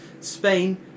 Spain